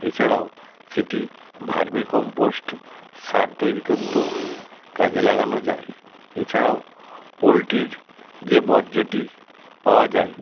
এছাড়াও সেটি vermicompost সার তৈরি করতেও কাজে লাগানো যায় এছাড়াও পোলট্রির যে বর্জটি পাওয়া যায়